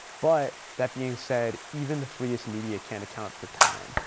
but that being said, even the freest media can't account for time.